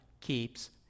keeps